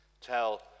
tell